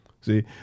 See